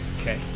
Okay